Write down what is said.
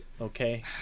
okay